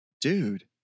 Dude